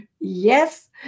Yes